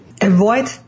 Avoid